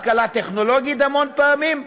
השכלה טכנולוגית המון פעמים,